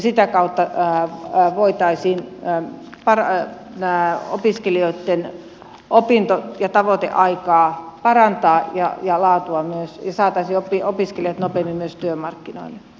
sitä kautta voitaisiin opiskelijoitten opinto ja tavoiteaikaa parantaa ja saataisiin opiskelijat nopeammin myös lisäisi oppi opiskelleet perinnöstä ja työmarkkinoille